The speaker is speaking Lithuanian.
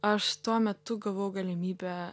aš tuo metu gavau galimybę